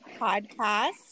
podcast